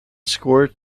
scored